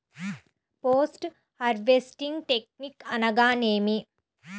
Post harvesting technique అనగా నేమి?